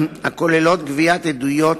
הכוללות גביית עדויות